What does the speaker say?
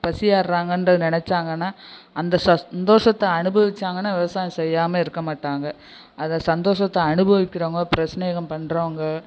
பசியாருறாங்கன்றத நினச்சாங்கன்னா அந்த சந்தோஷத்தை அனுபவிச்சாங்கன்னா விவசாயம் செய்யாமல் இருக்கமாட்டாங்க அந்த சந்தோஷத்தை அனுபவிக்கிறவங்க பிரஸ்நேகம் பண்ணுறவங்க